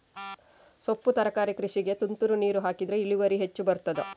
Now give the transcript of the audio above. ಸೊಪ್ಪು ತರಕಾರಿ ಕೃಷಿಗೆ ತುಂತುರು ನೀರು ಹಾಕಿದ್ರೆ ಇಳುವರಿ ಹೆಚ್ಚು ಬರ್ತದ?